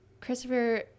Christopher